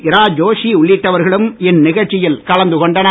இரா ஜோஷி உள்ளிட்டவர்களும் இந்நிகழ்ச்சியில் கலந்து கொண்டனர்